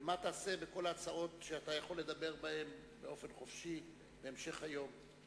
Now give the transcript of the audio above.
ומה תעשה בכל ההצעות שאתה יכול לדבר בהן באופן חופשי בהמשך היום?